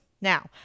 Now